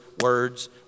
words